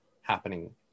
happening